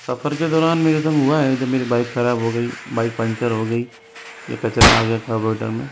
सफ़र के दौरान मेरे संग हुआ है जब मेरी बाइक खराब हो गई बाइक पंचर हो गई या कचरा आ गया कार्बोरेटर में